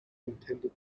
intended